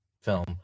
film